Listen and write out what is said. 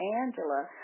Angela